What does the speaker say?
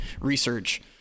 research